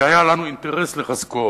כי היה לנו אינטרס לחזקו,